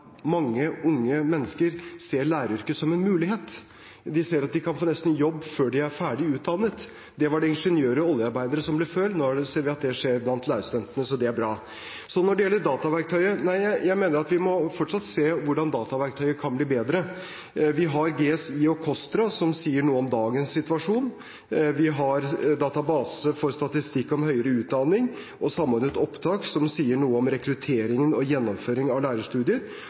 mange unge mennesker ser læreryrket som en mulighet. De ser at de kan få jobb nesten før de er ferdig utdannet. Det var det ingeniører og oljearbeidere som kunne før. Nå ser vi at det skjer blant lærerstudentene, så det er bra. Når det gjelder dataverktøyet, mener jeg at vi fortsatt må se hvordan det kan bli bedre. Vi har GSI og KOSTRA, som sier noe om dagens situasjon. Vi har Database for statistikk om høgre utdanning og Samordna opptak, som sier noe om rekruttering til og gjennomføring av lærerstudier,